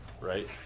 Right